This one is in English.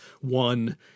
one